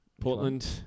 Portland